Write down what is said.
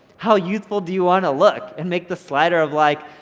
how youthful do you wanna look, and make the slider of like,